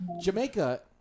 Jamaica